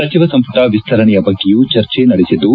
ಸಚಿವ ಸಂಪುಟ ವಿಸ್ತರಣೆಯ ಬಗ್ಗೆಯೂ ಚರ್ಚೆ ನಡೆಸಿದ್ದು